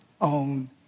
own